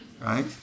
Right